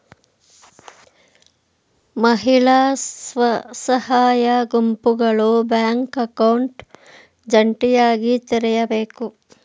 ಮಹಿಳಾ ಸ್ವಸಹಾಯ ಗುಂಪುಗಳು ಬ್ಯಾಂಕ್ ಅಕೌಂಟ್ ಜಂಟಿಯಾಗಿ ತೆರೆಯಬೇಕು